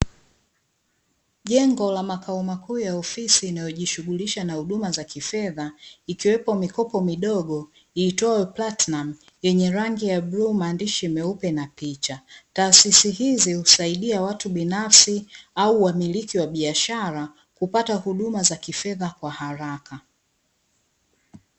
Jengo la makao makuu ya ofisi inayojishughulisha na huduma za kifedha ikiwepo mikopo midogo iitwayo platinam yenye rangi ya bluu, maandishi meupe na picha. Taasisi hizi husaidia watu binafsi au wamiliki wa biashara kupata huduma za kifedha kwa haraka.